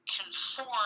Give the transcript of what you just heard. conform